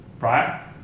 right